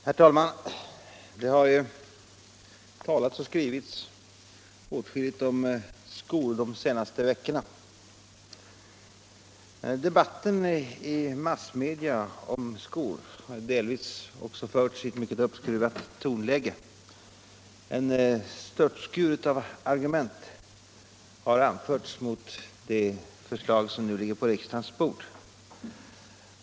Herr talman! Det har talats och skrivits åtskilligt om skor de senaste veckorna. Debatten i massmedia har delvis förts i ett mycket uppskruvat tonläge. En störtskur av argument har anförts mot det förslag som nu ligger på riksdagens bord.